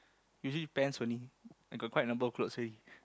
usually pants only I got quite number of clothes already